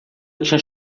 tinha